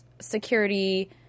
security